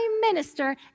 minister